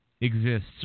exists